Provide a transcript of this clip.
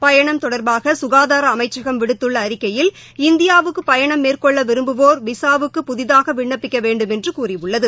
பயணம் தொடர்பாக க்காதார அமைச்சகம் விடுத்துள்ள அறிக்கையில் இந்தியாவுக்கு பயணம் மேற்கொள்ள விரும்புவோர் விசாவுக்கு புதிதாக விண்ணப்பிக்க வேண்டுமென்று கூறியுள்ளது